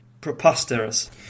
preposterous